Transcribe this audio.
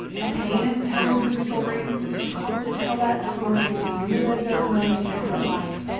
the pain of telling her story, the struggle to tell that story and relive those moments in her life,